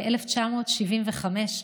ב-1975,